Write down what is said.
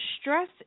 stress